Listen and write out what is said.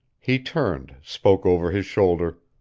he turned, spoke over his shoulder.